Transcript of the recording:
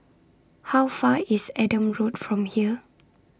How Far IS Adam Road from here